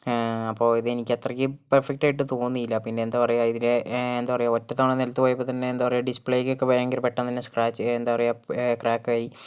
അപ്പോൾ ഇതെനിക്ക് അത്രയ്ക്കും പെർഫെക്റ്റ് ആയിട്ട് തോന്നിയില്ല പിന്നെ എന്താ പറയുക ഇതിന് എന്താ പറയുക ഒറ്റത്തവണ നിലത്ത് പോയപ്പോൾ തന്നെ എന്താ പറയുക ഡിസ്പ്ലേക്കൊക്കെ ഭയങ്കര പെട്ടെന്ന് തന്നെ സ്ക്രാച്ച് എന്താ പറയുക ക്രാക്കായി